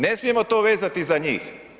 Ne smijemo to vezati za njih.